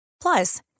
Plus